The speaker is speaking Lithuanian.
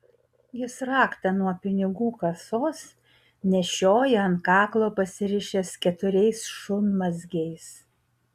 jis raktą nuo pinigų kasos nešioja ant kaklo pasirišęs keturiais šunmazgiais